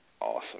Awesome